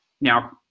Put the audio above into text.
Now